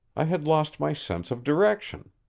i had lost my sense of direction.